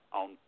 on